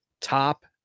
top